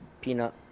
peanut